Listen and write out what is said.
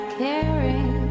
caring